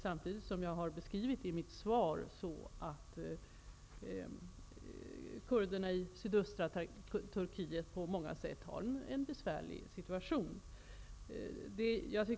Samtidigt har kurderna i sydöstra Turkiet på många sätt en besvärlig situation, som jag har beskrivit i mitt svar.